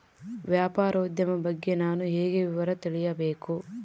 ವ್ಯಾಪಾರೋದ್ಯಮ ಬಗ್ಗೆ ನಾನು ಹೇಗೆ ವಿವರ ತಿಳಿಯಬೇಕು?